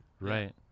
right